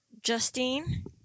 Justine